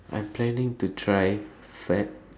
I'm planning to try Fat